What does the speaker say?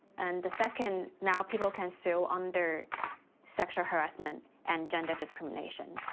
and the second, now people can sue under sexual harassment and gender discrimination.